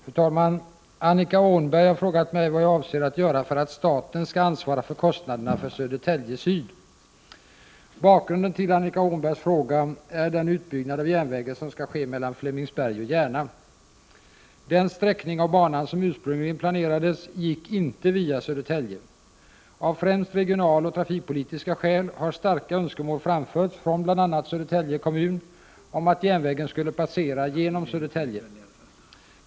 Fru talman! Annika Åhnberg har frågat mig vad jag avser att göra för att staten skall ansvara för kostnaderna för Södertälje Syd. Bakgrunden till Annika Åhnbergs fråga är den utbyggnad av järnvägen som skall ske mellan Flemingsberg och Järna. Den sträckning av banan som ursprungligen planerades gick inte via Södertälje. Av främst regionaloch trafikpolitiska skäl har starka önskemål framförts från bl.a. Södertälje kommun om att järnvägen skulle passera genom Södertälje.